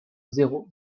zéro